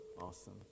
Awesome